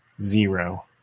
zero